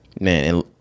Man